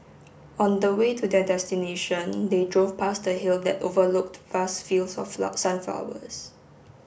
on the way to their destination they drove past a hill that overlooked vast fields of sunflowers